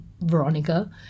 Veronica